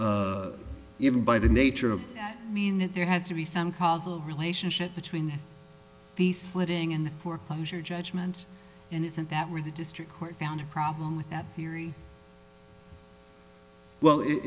even by the nature of mean that there has to be some causal relationship between the splitting in the foreclosure judgement and isn't that where the district court found a problem with that theory well it